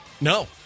No